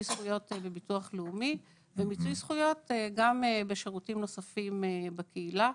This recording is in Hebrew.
הזכויות בביטוח לאומי ובשירותים נוספים בקהילה.